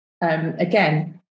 again